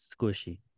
Squishy